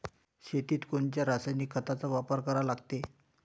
शेतीत कोनच्या रासायनिक खताचा वापर करा लागते?